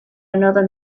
another